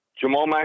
Jamal